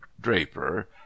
Draper